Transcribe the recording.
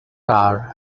car